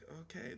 Okay